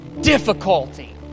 difficulty